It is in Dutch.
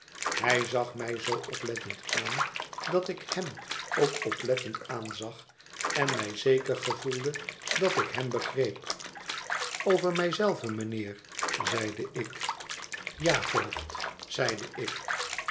hij zag mij zoo oplettend aan datikhem ook oplettend aanzag en mij zeker gevoelde dat ik hem begreep over mij zelve mijnheer zeide ik ja voogd zeide ik